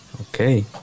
Okay